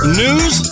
news